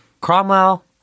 Cromwell